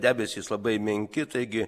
debesys labai menki taigi